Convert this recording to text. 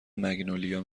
مگنولیا